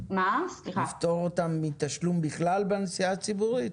לפטור אותם מתשלום בכלל בנסיעה ציבורית?